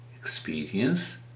experience